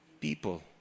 people